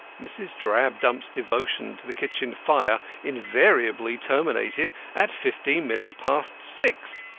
mrs. drabdump's devotion to the kitchen fire invariably terminated at fifteen minutes past six.